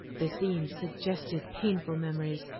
the scenes suggested painful memories,